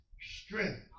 strength